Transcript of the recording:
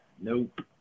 nope